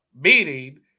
meaning –